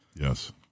Yes